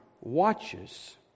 watches